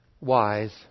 wise